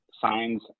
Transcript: signs